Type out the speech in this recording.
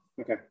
Okay